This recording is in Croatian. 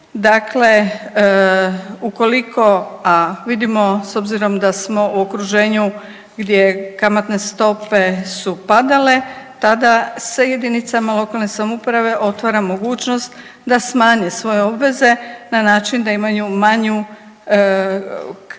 dakle ukoliko, a vidimo s obzirom da smo u okruženju gdje kamatne stope su padale tada se jedinicama lokalne samouprave otvara mogućnost da smanje svoje obveze na način da imaju manje otplate